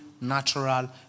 natural